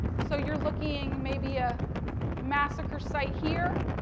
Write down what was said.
so, you're looking, maybe a massacre site here,